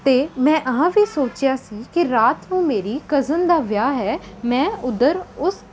ਅਤੇ ਮੈਂ ਆਹ ਵੀ ਸੋਚਿਆ ਸੀ ਕਿ ਰਾਤ ਨੂੰ ਮੇਰੀ ਕਜ਼ਨ ਦਾ ਵਿਆਹ ਹੈ ਮੈਂ ਉੱਧਰ ਉਸ